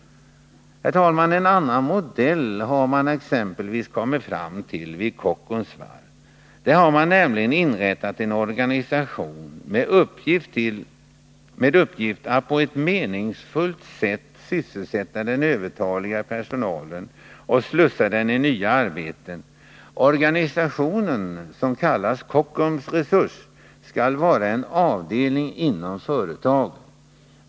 Herr talman! En annan modell har man exempelvis kommit fram till vid Kockums varv. Där har man nämligen inrättat en organisation med uppgift att på ett meningsfullt sätt sysselsätta den övertaliga personalen och slussa ut den i nya arbeten. Organisationen, som kallas Kockum Resurs, skall vara en avdelning inom företaget.